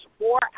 more